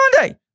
Monday